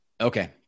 Okay